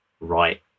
right